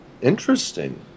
Interesting